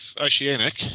Oceanic